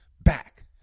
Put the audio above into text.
back